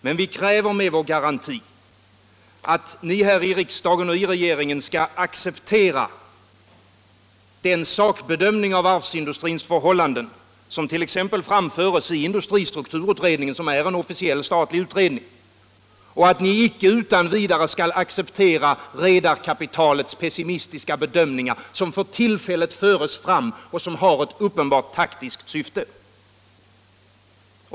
Men vi kräver med vår garanti att ni här i riksdagen och i regeringen skall acceptera den sakbedömning av varvsindustrins förhållanden som t.ex. framförs i industristrukturutredningen, som är en officiell statlig utredning, och att ni icke utan vidare skall acceptera redarkapitalets pessimistiska bedömningar, som för tillfället förs fram och som har ett uppenbart taktiskt syfte.